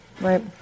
Right